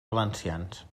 valencians